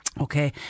Okay